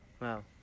Wow